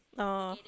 oh